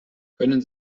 können